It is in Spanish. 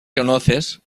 conoces